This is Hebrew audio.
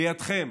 בידכם,